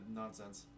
nonsense